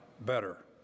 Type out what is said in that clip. better